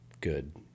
good